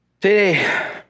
Today